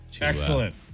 Excellent